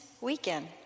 weekend